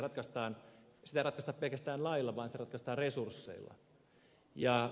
sitä ei ratkaista pelkästään lailla vaan se ratkaistaan resursseilla